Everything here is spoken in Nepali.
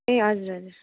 ए हजुर हजुर